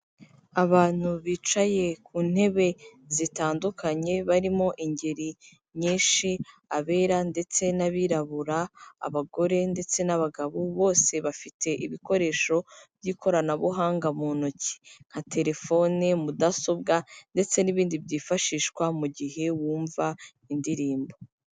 Abantu bicaye ku ntebe zitandukanye, barimo ingeri nyinshi, abera ndetse n'abirabura, abagore ndetse n'abagabo, bose bafite ibikoresho by'ikoranabuhanga mu ntoki, nka telefone, mudasobwa ndetse n'ibindi byifashishwa mu gihe bumva indirimbo.